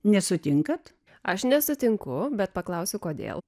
nesutinkate aš nesutinku bet paklausiu kodėl